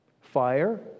Fire